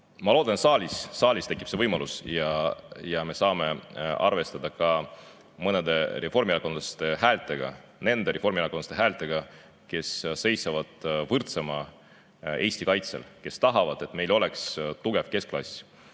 ma loodan, et saalis tekib see võimalus, ja me saame arvestada ka mõne reformierakondlase häälega, nende reformierakondlaste häältega, kes seisavad võrdsema Eesti kaitsel, kes tahavad, et meil oleks tugev keskklass,